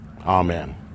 Amen